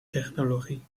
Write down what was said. technologie